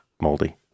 moldy